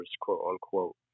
quote-unquote